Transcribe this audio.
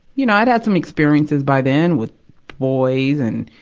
you know, i had had some experiences by then with boys and,